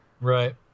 Right